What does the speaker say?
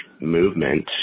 movement